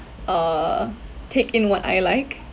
uh take in what I like